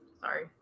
Sorry